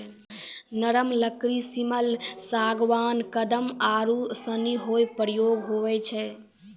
नरम लकड़ी सिमल, सागबान, कदम आरू सनी रो प्रयोग हुवै छै